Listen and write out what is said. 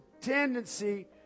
tendency